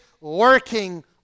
working